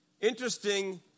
Interesting